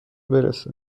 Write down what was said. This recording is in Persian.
برسه